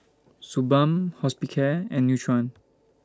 Suu Balm Hospicare and Nutren